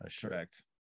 Correct